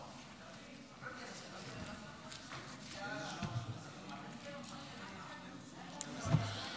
בבקשה.